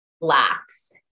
lax